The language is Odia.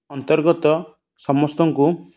ଅନ୍ତର୍ଗତ ସମସ୍ତଙ୍କୁ